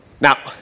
Now